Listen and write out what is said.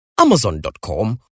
Amazon.com